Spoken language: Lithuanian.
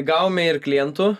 gavome ir klientų